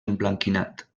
emblanquinat